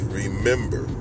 remember